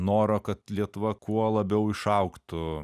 noro kad lietuva kuo labiau išaugtų